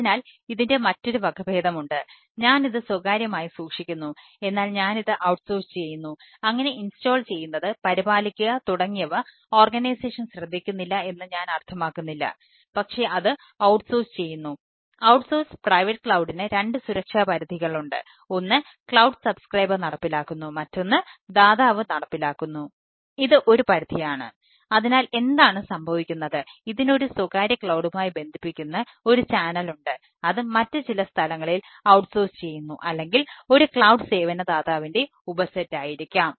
അതിനാൽ ഇതിൻറെ മറ്റൊരു വകഭേദമുണ്ട് ഞാൻ ഇത് സ്വകാര്യമായി സൂക്ഷിക്കുന്നു എന്നാൽ ഞാൻ ഇത് ഔട്ട്സോഴ്സ് സേവന ദാതാവിന്റെ ഉപസെറ്റായിരിക്കാം